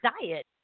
diet